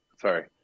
sorry